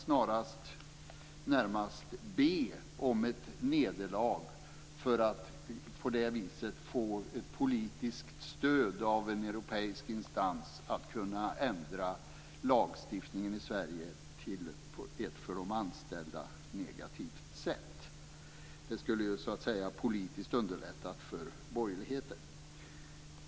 Snarare närmast bad man om ett nederlag för att på det viset få ett politiskt stöd av en europeisk instans för att kunna ändra lagstiftningen i Sverige på ett för de anställda negativt sätt. Det hade ju så att säga politiskt underlättat för borgerligheten.